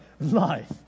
life